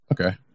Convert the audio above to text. Okay